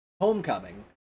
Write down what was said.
Homecoming